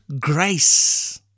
grace